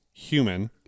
Human